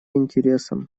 интересам